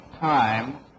time